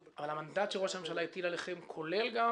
המנדט שראש הממשלה הטיל עליכם כולל גם